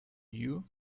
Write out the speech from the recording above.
you